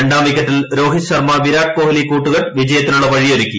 രണ്ടാംവിക്കറ്റിൽ രോഹിത് ശർമ്മ വിരാട് കോഹ്ലി കൂട്ടുകെട്ട് വിജയത്തിനുള്ള വഴിയൊരുക്കി